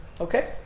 Okay